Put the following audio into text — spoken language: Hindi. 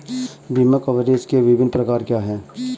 बीमा कवरेज के विभिन्न प्रकार क्या हैं?